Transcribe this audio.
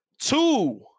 Two